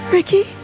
Ricky